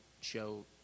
show